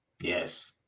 Yes